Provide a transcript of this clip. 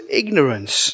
ignorance